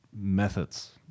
methods